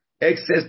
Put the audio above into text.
excess